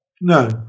no